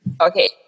Okay